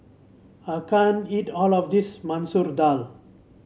I can't eat all of this Masoor Dal